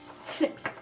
Six